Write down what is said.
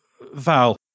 Val